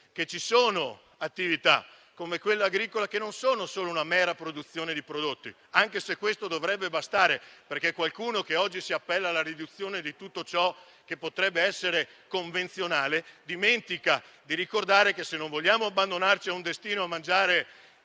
che ci sono attività, come quella agricola, che non constano solo di una mera produzione di prodotti, anche se questo dovrebbe bastare. Infatti, chi oggi si appella alla riduzione di tutto ciò che potrebbe essere convenzionale, dimentica di ricordare che, se non vogliamo abbandonarci al destino di mangiare